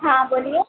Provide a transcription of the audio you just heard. हाँ बोलिए